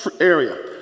area